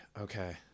okay